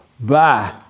bye